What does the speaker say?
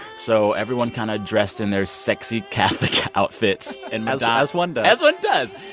so everyone kind of dressed in their sexy catholic outfits and. as ah as one does. as one does.